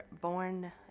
born